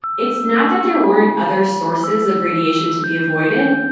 it's not that there weren't other sources of radiation to be avoided,